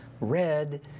red